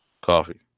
coffee